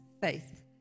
faith